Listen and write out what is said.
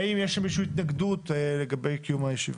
האם יש למישהו התנגדות לגבי קיום הישיבה.